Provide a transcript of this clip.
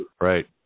Right